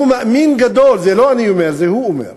הוא מאמין גדול, זה לא אני אומר, זה הוא אומר,